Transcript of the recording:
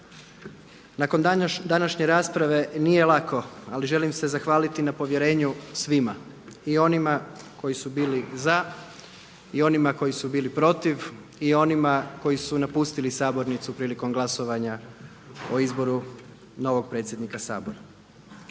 Nakon današnje rasprave nije lako, ali želim se zahvaliti na povjerenju svima i onima koji su bili za i onima koji su bili protiv i onima koji su napustili sabornicu prilikom glasovanja o izboru novog predsjednika Sabora.